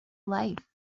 life